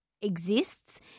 exists